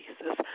Jesus